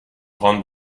grande